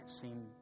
seem